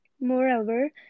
Moreover